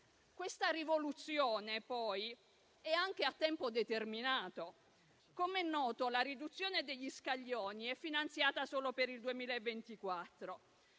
Questa rivoluzione, poi, è anche a tempo determinato. Come è noto, la riduzione degli scaglioni è finanziata solo per il 2024.